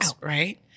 right